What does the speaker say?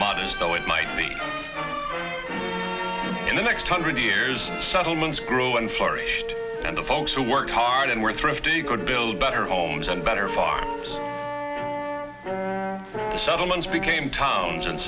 modest though it might be in the next hundred years settlements grew and flourished and the folks who worked hard and were thrifty could build better homes and better farm settlements became towns and